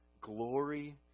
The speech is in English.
Glory